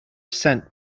sent